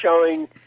showing